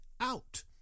out